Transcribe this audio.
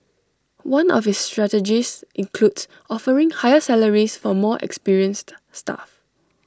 one of its strategies includes offering higher salaries for more experienced staff